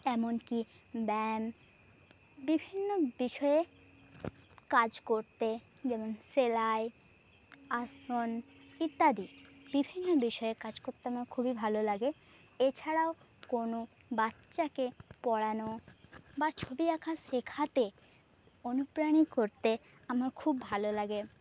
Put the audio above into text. এমনকী ব্যায়াম বিভিন্ন বিষয়ে কাজ করতে যেমন সেলাই আসন ইত্যাদি বিভিন্ন বিষয়ে কাজ করতে আমার খুবই ভালো লাগে এছাড়াও কোনো বাচ্চাকে পড়ানো বা ছবি আঁকা শেখাতে অনুপ্রাণিত করতে আমার খুব ভালো লাগে